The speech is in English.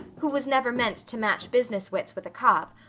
who was never meant to match business wits with a copp,